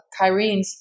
Kyrenes